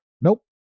Nope